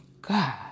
God